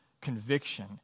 conviction